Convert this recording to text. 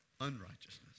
unrighteousness